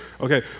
Okay